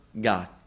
God